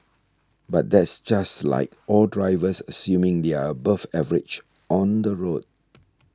but that's just like all drivers assuming they are above average on the road